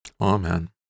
Amen